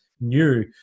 new